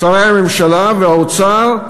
שרי הממשלה והאוצר,